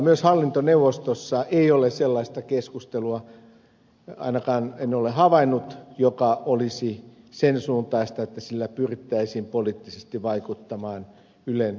myöskään hallintoneuvostossa ei ole sellaista keskustelua ainakaan en ole havainnut joka olisi sen suuntaista että sillä pyrittäisiin poliittisesti vaikuttamaan ylen toimintaan